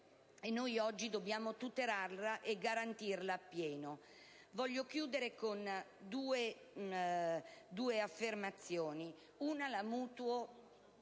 noi oggi dobbiamo tutelarla e garantirla appieno. Voglio chiudere con due affermazioni. Una la mutuo